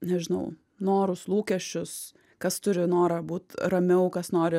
nežinau norus lūkesčius kas turi norą būt ramiau kas nori